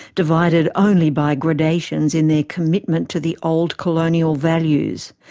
divided only by gradations in their commitment to the old colonial values.